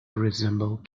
resemble